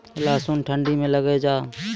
लहसुन ठंडी मे लगे जा?